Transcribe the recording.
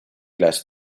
las